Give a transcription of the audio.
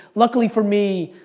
luckily for me,